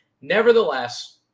Nevertheless